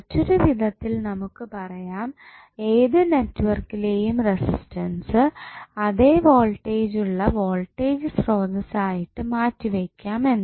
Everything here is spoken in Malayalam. മറ്റൊരു വിധത്തിൽ നമുക്ക് പറയാം ഏതു നെറ്റ്വർക്കിലെയും റെസിസ്റ്റൻസ് അതെ വോൾടേജ് ഉള്ള വോൾടേജ് സ്രോതസ്സ് ആയിട്ട് മാറ്റിവെയ്ക്കാം എന്ന്